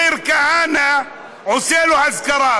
מאיר כהנא, עושה לו אזכרה.